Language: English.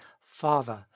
father